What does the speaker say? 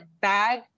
bag